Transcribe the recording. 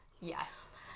Yes